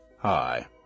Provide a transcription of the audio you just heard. Hi